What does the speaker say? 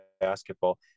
basketball